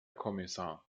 kommissar